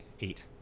eight